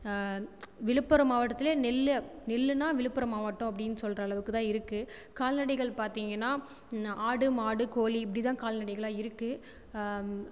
விழுப்புரம் மாவட்டத்திலே நெல்லு நெல்லுனா விழுப்புரம் மாவட்டம் அப்படின்னு சொல்கிற அளவுக்கு இருக்குது கால்நடைகள் பார்த்தீங்கன்னா நா ஆடு மாடு கோழி இப்படி தான் கால்நடைகளாக இருக்குது